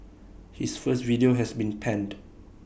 his first video has been panned